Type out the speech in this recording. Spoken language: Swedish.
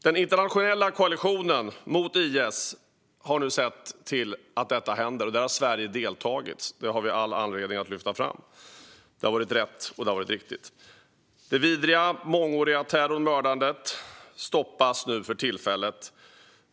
Den internationella koalitionen mot IS har nu sett till att detta händer, och där har Sverige deltagit. Det har vi all anledning att lyfta fram. Det har varit rätt, och det har varit riktigt. Den vidriga och mångåriga terrorn och mördandet stoppas nu för tillfället.